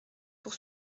pour